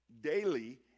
daily